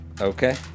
Okay